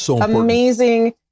amazing